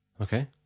Okay